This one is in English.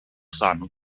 son